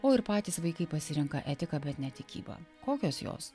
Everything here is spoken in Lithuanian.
o ir patys vaikai pasirenka etiką bet ne tikybą kokios jos